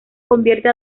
convierte